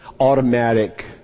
automatic